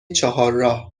چهارراه